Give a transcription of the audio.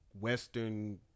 Western